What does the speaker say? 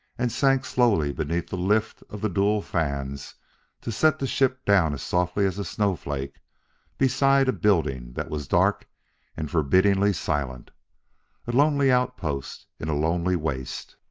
and sank slowly beneath the lift of the dual fans to set the ship down as softly as a snowflake beside a building that was dark and forbiddingly silent a lonely outpost in a lonely waste.